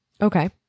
Okay